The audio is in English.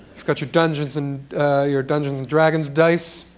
you've got your dungeons and your dungeons and dragons dice.